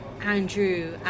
Andrew